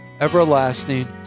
everlasting